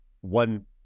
one